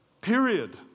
Period